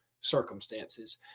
circumstances